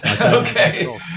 Okay